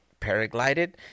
paraglided